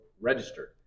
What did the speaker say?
registered